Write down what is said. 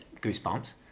Goosebumps